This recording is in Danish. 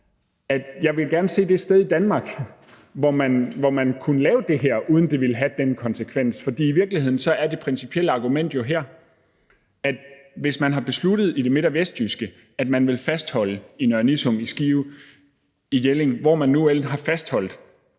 jeg gerne vil se det sted i Danmark, hvor man kunne lave det her, uden at det ville have den konsekvens. For i virkeligheden handler det principielle argument her jo om det følgende: Lad os sige, at man i det midt- og vestjyske i Nørre Nissum, i Skive, i Jelling – hvor man nu end har fastholdt